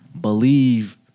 believe